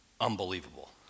unbelievable